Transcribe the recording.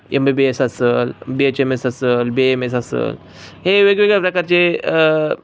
M B B S असंल B H M S असंल B M S असंल हे वेगवेगळ्या प्रकारचे